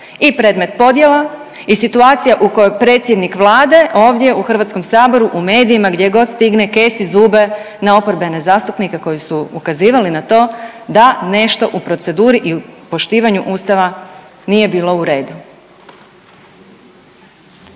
i predmet podjela i situacija u kojoj predsjednik Vlade ovdje u HS-u, u medijima, gdje god stigne kesi zube na oporbene zastupnike koji su ukazivali na to da nešto u proceduri i u poštivanju Ustava nije bilo u redu.